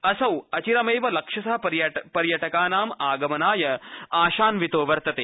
असौ अचिरमेव लक्षश पर्यटकानां आगमनाय आशान्वितो वर्तते